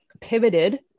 pivoted